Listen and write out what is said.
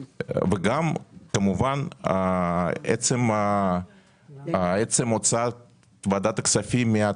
וגם כמובן בעצם הוצאת ועדת הכספים מן